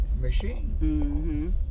machine